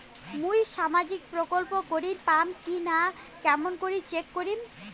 মুই সামাজিক প্রকল্প করির পাম কিনা কেমন করি চেক করিম?